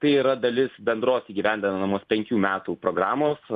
tai yra dalis bendros įgyvendinamos penkių metų programos